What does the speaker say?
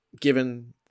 given